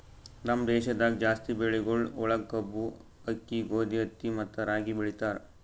ನಮ್ ದೇಶದಾಗ್ ಜಾಸ್ತಿ ಬೆಳಿಗೊಳ್ ಒಳಗ್ ಕಬ್ಬು, ಆಕ್ಕಿ, ಗೋದಿ, ಹತ್ತಿ ಮತ್ತ ರಾಗಿ ಬೆಳಿತಾರ್